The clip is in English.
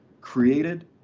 created